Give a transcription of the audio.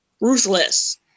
ruthless